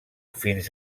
fins